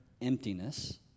emptiness